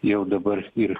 jau dabar ir